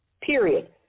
period